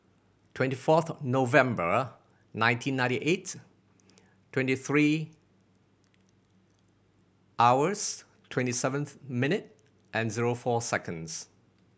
twenty fourth November nineteen ninety eight twenty three hours twenty seven minute and zero four seconds